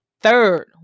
third